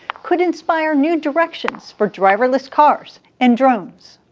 could inspire new directions for driverless cars and drones.